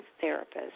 therapist